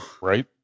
Right